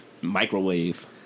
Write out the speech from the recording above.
microwave